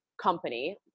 company